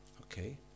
Okay